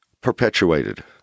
perpetuated